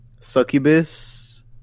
Succubus